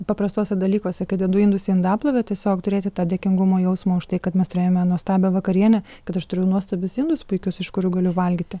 paprastuose dalykuose kai dedu indus į indaplovę tiesiog turėti tą dėkingumo jausmą už tai kad mes turėjome nuostabią vakarienę kad aš turiu nuostabius indus puikius iš kurių galiu valgyti